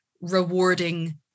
rewarding